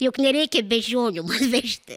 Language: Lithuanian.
juk nereikia beždžionių vežti